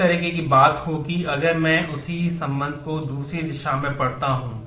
इसी तरह की बात होगी अगर मैं उसी संबंध को दूसरी दिशा में पढ़ता हूं